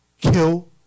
kill